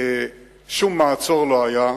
שום מעצור לא היה,